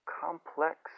complex